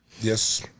Yes